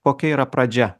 kokia yra pradžia